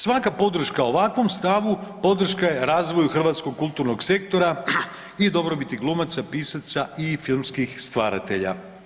Svaka podrška ovakvom stavu podrška je razvoju hrvatskog kulturnog sektora i dobrobiti glumaca, pisaca i filmskih stvaratelja.